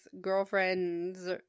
girlfriend's